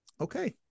Okay